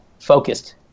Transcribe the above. focused